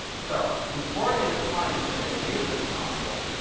so before native client is gonna enable this module,